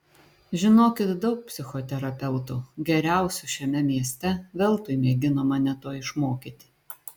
žinokit daug psichoterapeutų geriausių šiame mieste veltui mėgino mane to išmokyti